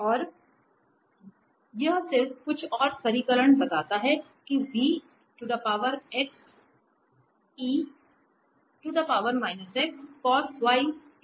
तो यह सिर्फ कुछ और सरलीकरण बताता है कि v है